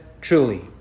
truly